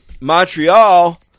Montreal